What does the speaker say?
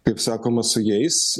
kaip sakoma su jais